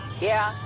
yeah.